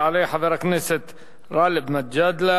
יעלה חבר הכנסת גאלב מג'אדלה.